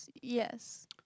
Yes